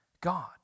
God